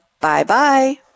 Bye-bye